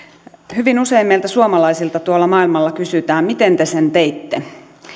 hyvin usein meiltä suomalaisilta tuolla maailmalla kysytään miten te sen teitte